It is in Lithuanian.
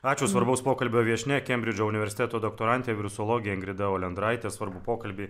ačiū svarbaus pokalbio viešnia kembridžo universiteto doktorantė virusologė ingrida olendraitė svarbų pokalbį